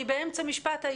אני באמצע משפט.